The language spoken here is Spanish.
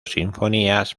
sinfonías